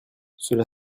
cela